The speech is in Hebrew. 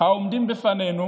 העומדים בפנינו,